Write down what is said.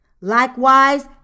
Likewise